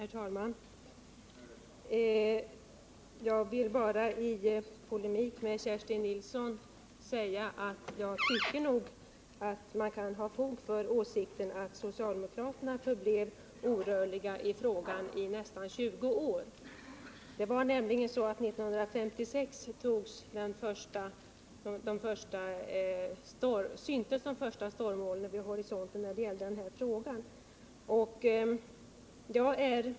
Herr talman! Jag vill bara polemisera mot Kerstin Nilsson och säga att jag tycker att det finns fog för åsikten att socialdemokraterna förblev orörliga i den här frågan i nästan 20 år. Redan 1956 syntes nämligen de första stormmolnen vid horisonten när det gäller dessa risker.